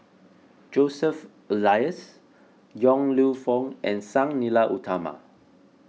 Joseph Elias Yong Lew Foong and Sang Nila Utama